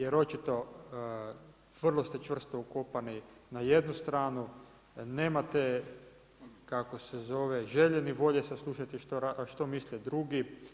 Jer očito vrlo ste čvrsto ukopani na jednu stranu, nemate kako se zove želje ni volje saslušati što misle drugi.